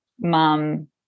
mom